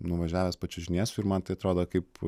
nuvažiavęs pačiužisiu ir man tai atrodo kaip